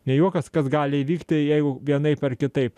ne juokas kas gali įvykti jeigu vienaip ar kitaip